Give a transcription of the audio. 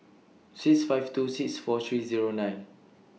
six five two six four three Zero nine